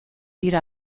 dira